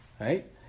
right